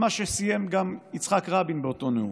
במה שסיים גם יצחק רבין באותו נאום: